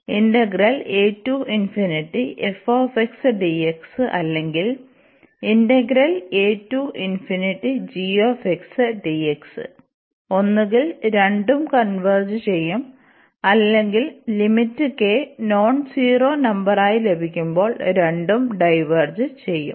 അതിനാൽ ഇന്റഗ്രൽ അല്ലെങ്കിൽ ഇന്റഗ്രൽ ഒന്നുകിൽ രണ്ടും കൺവെർജ് ചെയും അല്ലെങ്കിൽ ലിമിറ്റ് k നോൺ സീറോ നമ്പറായി ലഭിക്കുമ്പോൾ രണ്ടും ഡൈവേർജ് ചെയും